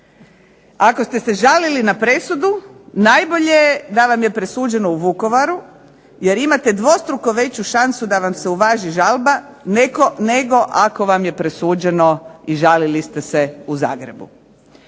Ako ste se žalili na presudu najbolje da vam je presuđeno u Vukovaru, jer imate dvostruko veću šansu da vam se uvaži žalba nego ako vam je presuđeno i žalili ste se u Zagrebu.